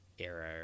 Era